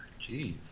Jeez